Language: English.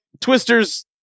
Twisters